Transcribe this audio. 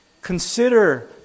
Consider